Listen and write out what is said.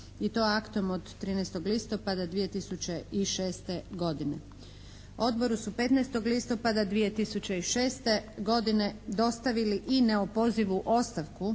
i to aktom od 13. listopada 2006. godine. Odboru su 15. listopada 2006. godine dostavili i neopozivu ostavku